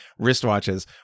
wristwatches